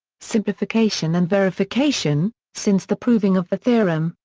simplification and verification since the proving of the theorem,